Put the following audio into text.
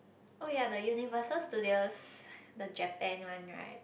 oh ya the Universal-Studios the Japan one right